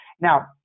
Now